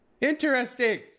Interesting